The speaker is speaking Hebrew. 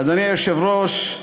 אדוני היושב-ראש,